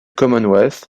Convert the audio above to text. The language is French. commonwealth